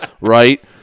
right